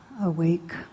awake